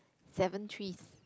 seven threes